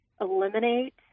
eliminate